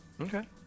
Okay